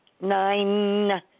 nine